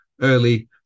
early